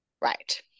Right